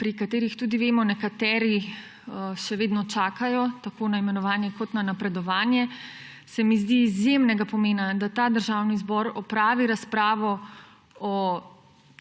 pri katerih tudi vemo, da nekateri še vedno čakajo tako na imenovanje kot na napredovanje, se mi zdi izjemnega pomena, da Državni zbor opravi razpravo o